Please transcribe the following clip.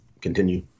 continue